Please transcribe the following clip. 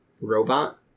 robot